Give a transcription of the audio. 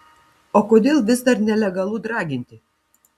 o kodėl vis dar nelegalu draginti